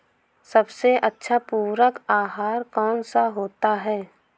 सबसे अच्छा पूरक आहार कौन सा होता है?